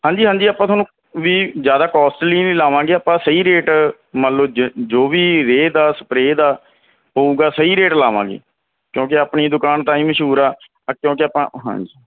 ਹਾਂਜੀ ਹਾਂਜੀ ਆਪਾਂ ਤੁਹਾਨੂੰ ਵੀ ਜ਼ਿਆਦਾ ਕੋਸਟਲੀ ਨਹੀਂ ਲਾਵਾਂਗੇ ਆਪਾਂ ਸਹੀ ਰੇਟ ਮੰਨ ਲਉ ਜ ਜੋ ਵੀ ਰੇਹ ਦਾ ਸਪਰੇ ਦਾ ਹੋਊਗਾ ਸਹੀ ਰੇਟ ਲਾਵਾਂਗੇ ਕਿਉਂਕਿ ਆਪਣੀ ਦੁਕਾਨ ਤਾਂ ਹੀ ਮਸ਼ਹੂਰ ਆ ਕਿਉਂਕਿ ਆਪਾਂ ਹਾਂਜੀ